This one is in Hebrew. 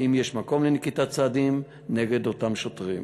יש מקום לנקיטת צעדים נגד אותם שוטרים.